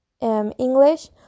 english